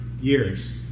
years